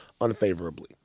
unfavorably